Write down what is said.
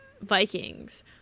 Vikings